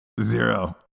Zero